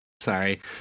sorry